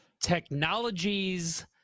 technologies